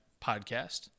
podcast